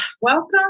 Welcome